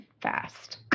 fast